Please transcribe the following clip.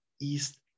east